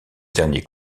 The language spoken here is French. derniers